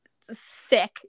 Sick